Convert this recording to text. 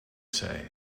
say